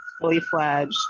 fully-fledged